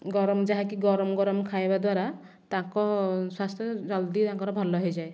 ଗରମ ଯାହାକି ଗରମ ଗରମ ଖାଇବା ଦ୍ୱାରା ତାଙ୍କ ସ୍ୱାସ୍ଥ୍ୟ ଜଲ୍ଦି ତାଙ୍କର ଭଲ ହୋଇଯାଏ